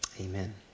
Amen